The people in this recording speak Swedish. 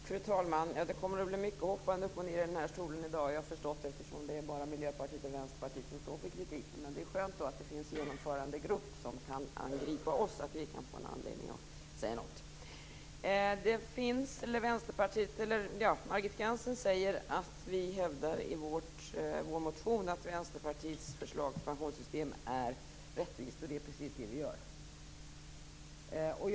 Fru talman! Jag har förstått att jag kommer att få ställa mig upp rätt många gånger i bänken i dag, eftersom det bara är Miljöpartiet och Vänsterpartiet som står för kritiken. Det är då bra att det finns en genomförandegrupp som kan angripa oss, så att vi kan få en anledning att säga något. Margit Gennser säger att vi i vår motion hävdar att Vänsterpartiets förslag till pensionssystem är rättvist, och det är precis vad vi gör.